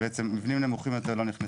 מבנים נמוכים יותר לא נכנסו לשם.